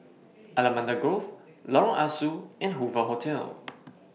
Allamanda Grove Lorong Ah Soo and Hoover Hotel